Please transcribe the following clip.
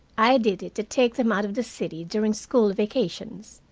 i did it to take them out of the city during school vacations.